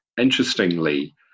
Interestingly